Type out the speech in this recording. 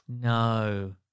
No